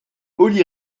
olli